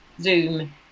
Zoom